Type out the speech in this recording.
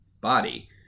body